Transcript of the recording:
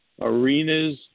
arenas